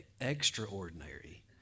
extraordinary